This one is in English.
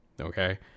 okay